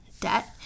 debt